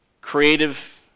creative